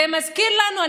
זה מזכיר לנו,